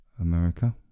America